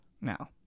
now